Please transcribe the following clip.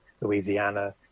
louisiana